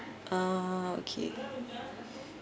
uh okay